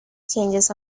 changes